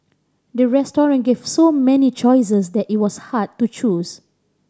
the restaurant gave so many choices that it was hard to choose